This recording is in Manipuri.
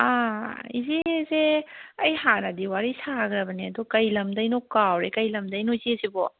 ꯑꯥ ꯏꯆꯦꯁꯦ ꯑꯩ ꯍꯥꯟꯅꯗꯤ ꯋꯥꯔꯤ ꯁꯥꯈ꯭ꯔꯕꯅꯦ ꯑꯗꯨ ꯀꯔꯤ ꯂꯝꯗꯒꯤꯅꯣ ꯀꯥꯎꯔꯦ ꯀꯔꯤ ꯂꯝꯗꯒꯤꯅꯣ ꯏꯆꯦꯁꯤꯕꯣ